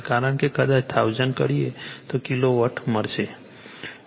આપણે કદાચ 1000 કરીએ તો કિલોવોટ મળશે